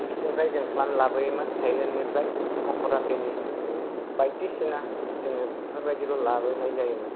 बिसिनिफ्राय जों प्लान्ट लाबोयोमोन थाइलेण्डनिफ्राय मकर आख्रिनि बे बायदिसिना जोंङो बेफोरबादिखौ लाबोनाय जायोमोन